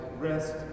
rest